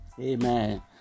Amen